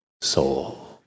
soul